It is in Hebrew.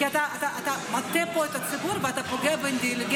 כי אתה מטעה פה את הציבור ואתה פוגע באינטליגנציה,